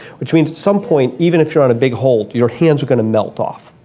which means at some point even if you're on a big hold your hands are going to melt off.